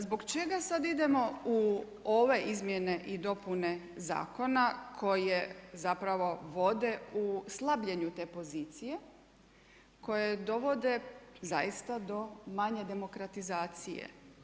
Zbog čega sad idemo u ove izmjene i dopune zakona koje zapravo vode u slabljenju te pozicije, koje dovode zaista do manje demokratizacije.